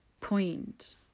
point